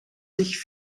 sich